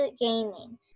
gaming